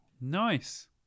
Nice